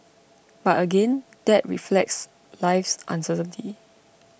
but again that reflects life's uncertainty